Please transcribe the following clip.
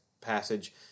passage